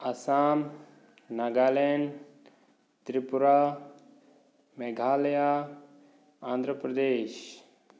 Assam Nagaland Tripura Meghalaya Andhra Pradesh